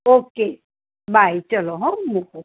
okay bye ચાલો હો મૂકું